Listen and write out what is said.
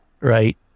Right